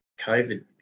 COVID